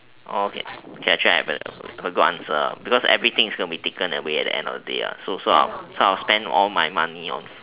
okay actually I have a good answer ah because everything is going to be taken away at the end of the day ah so so I spend all my money on